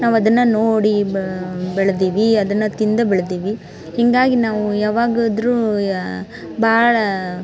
ನಾವು ಅದನ್ನು ನೋಡಿ ಬಾ ಬೆಳೆದೀವಿ ಅದನ್ನು ತಿಂದು ಬೆಳೆದೀವಿ ಹೀಗಾಗಿ ನಾವು ಯಾವಾಗಾದರೂ ಭಾಳಾ